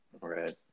Right